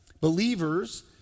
Believers